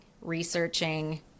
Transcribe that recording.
researching